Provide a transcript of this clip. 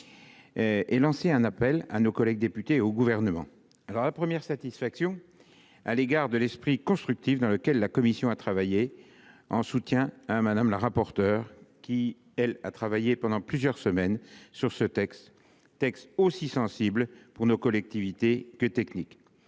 et lancer un appel à nos collègues députés et au Gouvernement. Ma première satisfaction tient à l'esprit constructif dans lequel la commission a travaillé, pour soutenir Mme la rapporteure, qui s'est penchée pendant plusieurs semaines sur ce texte, aussi sensible, pour nos collectivités, que technique.